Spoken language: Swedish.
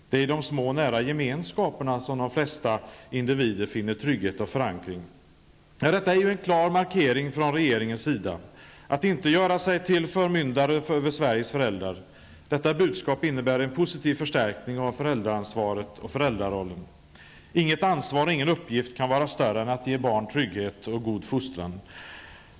Det är i de små nära gemenskaperna som de flesta individer finner trygghet och förankring.'' Detta är en klar markering från regeringens sida att inte göra sig till förmyndare över Sveriges föräldrar. Detta budskap innebär en positiv förstärkning av föräldraansvaret och föräldrarollen. Inget ansvar och ingen uppgift kan vara större än att ge barn trygghet och en god fostran.